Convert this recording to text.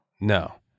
No